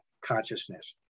consciousness